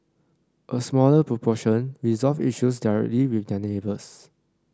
a smaller proportion resolved issues directly with their neighbours